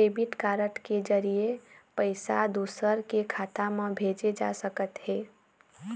debit card के जरिए पइसा दूसर के खाता म भेजे जा सकत हे